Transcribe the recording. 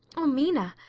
oh, mina,